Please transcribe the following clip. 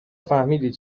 فهمیدی